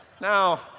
Now